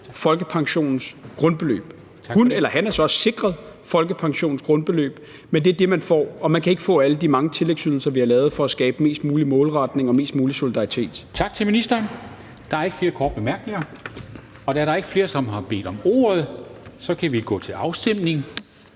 folkepensionens grundbeløb. Hun eller han er så sikret folkepensionens grundbeløb, men det er det, man får, og man kan ikke få alle de mange tillægsydelser, vi har lavet for at skabe mest mulig målretning og mest mulig solidaritet. Kl. 14:24 Formanden (Henrik Dam Kristensen): Tak til ministeren. Der er ikke flere korte bemærkninger. Da der ikke er flere, som har bedt om ordet, kan vi gå til afstemning.